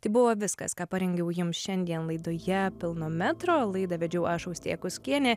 tai buvo viskas ką parengiau jums šiandien laidoje pilno metro laidą vedžiau aš austėja kuskienė